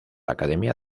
academia